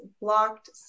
blocked